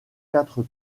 quatre